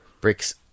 Bricks